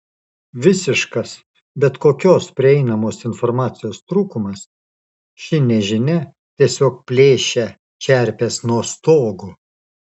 visiškas bet kokios prieinamos informacijos trūkumas ši nežinia tiesiog plėšia čerpes nuo stogo